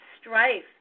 strife